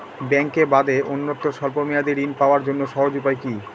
ব্যাঙ্কে বাদে অন্যত্র স্বল্প মেয়াদি ঋণ পাওয়ার জন্য সহজ উপায় কি?